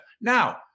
Now